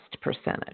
percentage